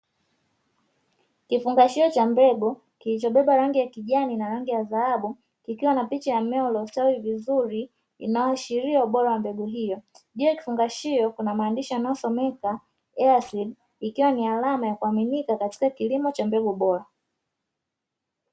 Kifungashio cha mbegu kilichobeba rangi ya kijani na rangi ya dhahabu, kikiwa na picha ya mmea uliostawi vizuri inayoashiria ubora wa mbegu hiyo, juu ya kifungashio kuna maandishi yanayosomeka (EASEED) ikiwa ni alama ya kuaminika katika kilimo cha mbegu bora.